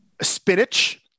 spinach